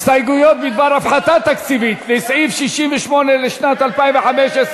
הסתייגויות בדבר תוכנית חדשה לסעיף 68 לשנת 2015,